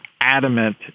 adamant